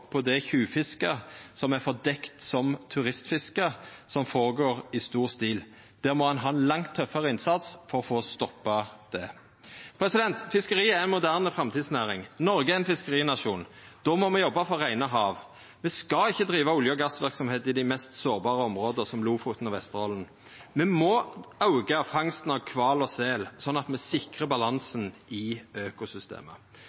òg det tjuvfisket som er fordekt som turistfiske, som går føre seg i stor stil. Der må ein ha ein langt tøffare innsats for å få stoppa det. Fiskeri er ei moderne framtidsnæring. Noreg er ein fiskerinasjon. Då må me jobba for reine hav. Me skal ikkje driva olje- og gassverksemd i dei mest sårbare områda, som Lofoten og Vesterålen. Me må auka fangsten av kval og sel, sånn at me sikrar